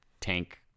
tank